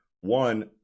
one